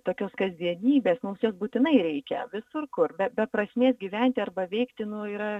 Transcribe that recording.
tokios kasdienybės mums jos būtinai reikia visur kur be be prasmės gyventi arba veikti nu yra